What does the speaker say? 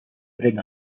bring